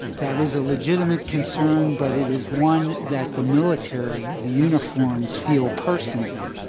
that is a legitimate concern, but it is one that the military, the uniforms feel personally.